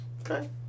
Okay